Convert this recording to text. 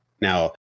now